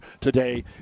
today